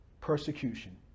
persecution